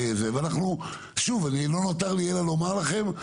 לא נותר לי אלא לומר לכם,